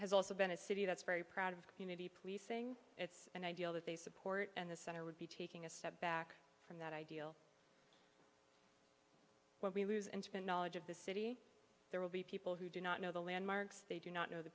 has also been a city that's very proud of community policing it's an ideal that they support and the center would be taking a step back from that ideal when we lose intimate knowledge of the city there will be people who do not know the landmarks they do not know the